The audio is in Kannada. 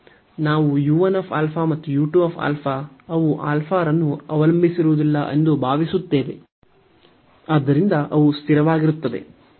ನಾವು u 1 α ಮತ್ತು u 2 α ಅವು α ಅನ್ನು ಅವಲಂಬಿಸಿರುವುದಿಲ್ಲ ಎಂದು ಭಾವಿಸುತ್ತೇವೆ ಆದ್ದರಿಂದ ಅವು ಸ್ಥಿರವಾಗಿರುತ್ತದೆ